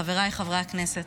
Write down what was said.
חבריי חברי הכנסת,